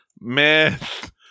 Myth